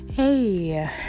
Hey